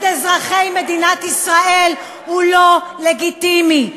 אזרחי מדינת ישראל הוא לא לגיטימי.